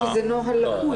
זה נוהל לקוי.